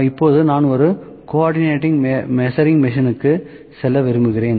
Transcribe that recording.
இப்போது நான் ஒரு கோஆர்டினேட் மெஷரிங் மிஷின்க்கு செல்ல விரும்புகிறேன்